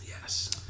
yes